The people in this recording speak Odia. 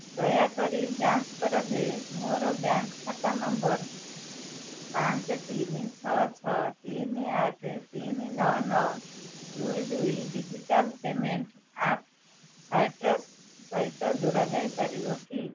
ଦୟାକରି ଯାଞ୍ଚ କର ଯେ ମୋର ବ୍ୟାଙ୍କ୍ ଖାତା ନମ୍ବର୍ ପାଞ୍ଚେ ତିନି ଛଅ ଛଅ ତିନି ଆଠ ତିନି ନଅ ନଅ ଦୁଇ ଦୁଇ ଡିଜିଟାଲ୍ ପେମେଣ୍ଟ୍ ଆପ୍ ସାଇଟ୍ରସ୍ ସହିତ ଯୋଡ଼ା ଯାଇପାରିବ କି